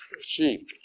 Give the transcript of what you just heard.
sheep